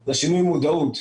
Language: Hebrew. זה שינוי מודעות,